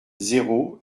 zéro